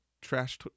trash